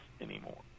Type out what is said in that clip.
anymore